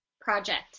Project